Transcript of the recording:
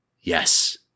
yes